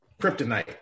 kryptonite